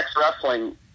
wrestling